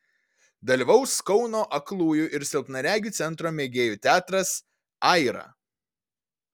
dalyvaus kauno aklųjų ir silpnaregių centro mėgėjų teatras aira